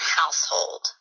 household